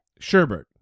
Sherbert